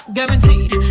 Guaranteed